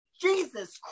Jesus